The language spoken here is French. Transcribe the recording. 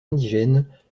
indigènes